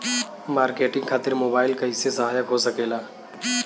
Marketing खातिर mobile कइसे सहायक हो सकेला?